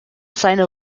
seiner